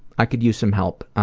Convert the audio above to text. i could use some help.